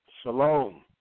shalom